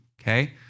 Okay